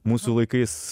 mūsų laikais